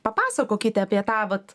papasakokite apie tą vat